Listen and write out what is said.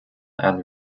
and